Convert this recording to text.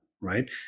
right